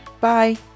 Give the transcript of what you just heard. bye